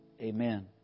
amen